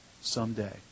someday